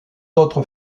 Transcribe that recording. autres